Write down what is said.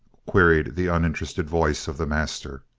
queried the uninterested voice of the master.